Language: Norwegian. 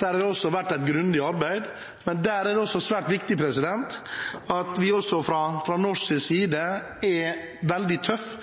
Der har det også vært gjort et grundig arbeid. Der er det svært viktig at vi fra norsk side er veldig tøffe,